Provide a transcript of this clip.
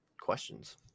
questions